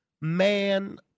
man